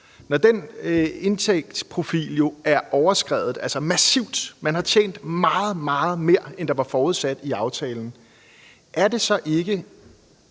når den indtjeningsprofil er overskredet massivt – man har jo tjent meget, meget mere, end der var forudsat i aftalen – er det så ikke,